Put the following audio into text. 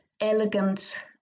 elegant